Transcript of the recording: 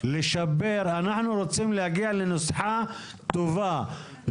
התשפ"א 2021,